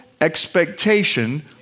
expectation